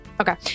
Okay